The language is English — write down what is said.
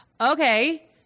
okay